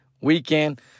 weekend